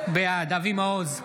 בעד אבי מעוז,